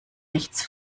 nichts